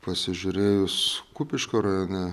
pasižiūrėjus kupiškio rajone